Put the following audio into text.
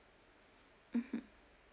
mmhmm